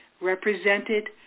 represented